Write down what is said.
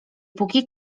póki